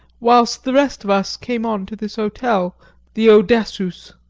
whilst the rest of us came on to this hotel the odessus.